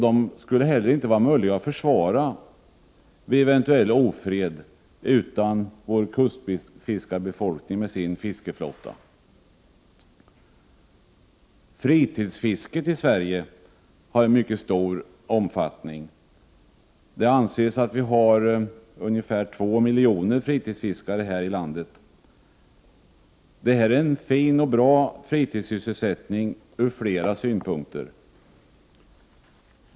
De skulle heller inte vara möjliga att försvara vid eventuell ofred utan en kustfiskarbefolkning med sin fiskeflotta. Fritidsfisket i Sverige har mycket stor omfattning — det anses att vi har ungefär två miljoner fritidsfiskare här i landet. Det är en bra fritidssysselsättning från flera synpunkter.